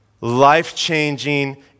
life-changing